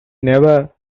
never